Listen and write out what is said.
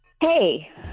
Hey